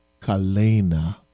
Kalena